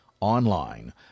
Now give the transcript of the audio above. online